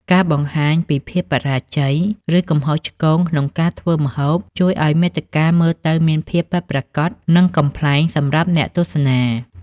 ការបង្ហាញពីភាពបរាជ័យ ឬកំហុសឆ្គងក្នុងការធ្វើម្ហូប ជួយឱ្យមាតិកាមើលទៅមានភាពពិតប្រាកដ និងកំប្លែងសម្រាប់អ្នកទស្សនា។